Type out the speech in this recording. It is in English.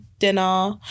dinner